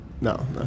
No